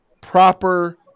proper